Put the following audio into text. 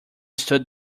stood